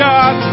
God